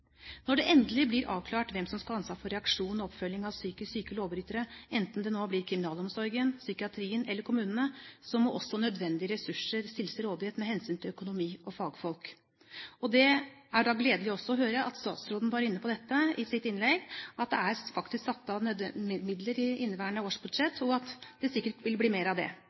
Når det endelig blir avklart hvem som skal ha ansvar for reaksjon og oppfølging av psykisk syke lovbrytere, enten det nå blir kriminalomsorgen, psykiatrien eller kommunene, må også nødvendige ressurser stilles til rådighet med hensyn til økonomi og fagfolk. Det er da gledelig også å høre at statsråden var inne på dette i sitt innlegg, at det faktisk er satt av midler i inneværende års budsjett, og at det sikkert vil bli mer av det.